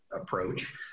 approach